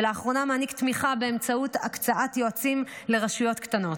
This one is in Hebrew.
ולאחרונה מעניק תמיכה באמצעות הקצאת יועצים לרשויות קטנות.